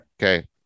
Okay